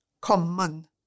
common